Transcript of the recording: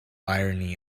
irony